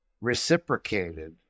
reciprocated